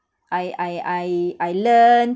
I I I I learn